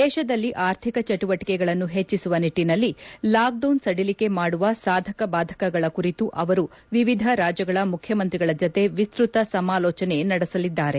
ದೇಶದಲ್ಲಿ ಆರ್ಥಿಕ ಚಟುವಟಿಕೆಗಳನ್ನು ಹೆಚ್ಚಿಸುವ ನಿಟ್ಟಿನಲ್ಲಿ ಲಾಕ್ಡೌನ್ ಸಡಿಲಿಕೆ ಮಾಡುವ ಸಾಧಕ ಬಾಧಕಗಳ ಕುರಿತು ಅವರು ವಿವಿಧ ರಾಜ್ಗಳ ಮುಖ್ಯಮಂತ್ರಿಗಳ ಜತೆ ವಿಸ್ತತ ಸಮಾಲೋಜನೆ ನಡೆಸಲಿದ್ದಾರೆ